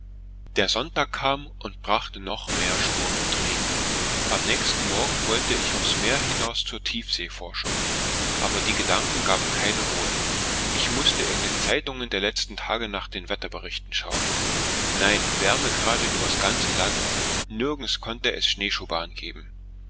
der sonntag kam und brachte noch mehr sturm und regen am nächsten morgen wollte ich aufs meer hinaus zur tiefseeforschung aber die gedanken gaben keine ruhe ich mußte in den zeitungen der letzten tage nach den wetterberichten schauen nein wärmegrade übers ganze land nirgends konnte es schneeschuhbahn geben